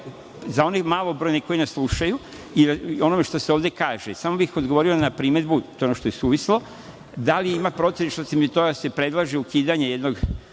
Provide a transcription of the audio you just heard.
za one malobrojne koji nas slušaju, o onome što se ovde kaže, samo bih odgovorio na primedbu, to je ono što je suvislo, da li imam protiv, što se predlaže ukidanje jednog